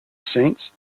saints